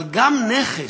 אבל גם נכס,